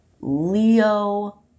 Leo